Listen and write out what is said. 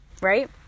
right